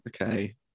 okay